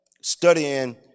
studying